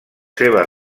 seves